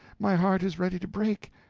my heart is ready to break,